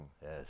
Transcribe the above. Yes